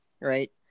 Right